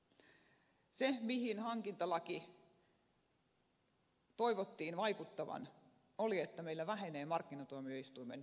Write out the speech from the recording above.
se mihin hankintalain toivottiin vaikuttavan oli että meillä vähenevät markkinatuomioistuimen tapaukset